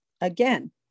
again